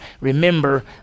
remember